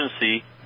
emergency